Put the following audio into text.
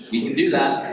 you can do that.